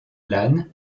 lan